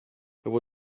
there